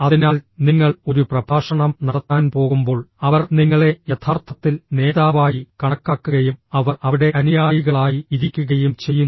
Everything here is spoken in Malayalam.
അതിനാൽ നിങ്ങൾ ഒരു പ്രഭാഷണം നടത്താൻ പോകുമ്പോൾ അവർ നിങ്ങളെ യഥാർത്ഥത്തിൽ നേതാവായി കണക്കാക്കുകയും അവർ അവിടെ അനുയായികളായി ഇരിക്കുകയും ചെയ്യുന്നു